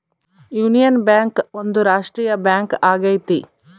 union bank ಒಂದು ರಾಷ್ಟ್ರೀಯ bank ಆಗೈತಿ